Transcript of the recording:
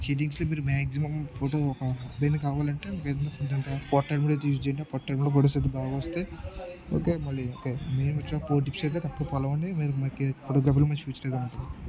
సెట్టింగ్స్లో మీరు maximum photo ఒక ఏమైనా కావాలంటే కొం పోట్రేట్ కూడా యూస్ చేయండి ఆ పోట్రేట్ కూడా ఫోటోస్ అయితే బాగా వస్తాయి ఓకే మళ్ళీ ఓకే మీరు మంచిగా ఫోర్ టిప్స్ అయితే తప్పక ఫాలో అవ్వండి మీరు మ ఫోటోగ్రఫీ మంచి ఫ్యూచర్ చూడగలరు